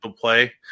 play